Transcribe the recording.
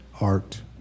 art